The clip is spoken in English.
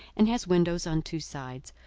and has windows on two sides.